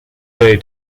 bay